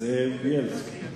זאב בילסקי.